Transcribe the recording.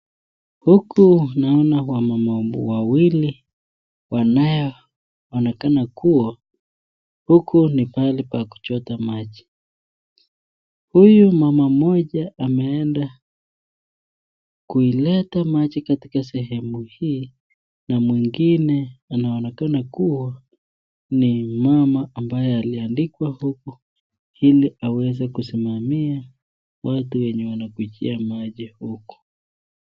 Huku naona wamama wawili, wanaoonekana kuwa huku ni pahali pa kuchota maji, huyu mama mmoja ameenda kuleta maji katika sehemu hii, na mwingine anaonekana kuwa ni mama aliyeandikwa huku ili aweze kusimamia, watu wanaokujia maji huku.